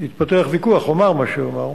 התפתח ויכוח, הוא אמר מה שהוא אמר,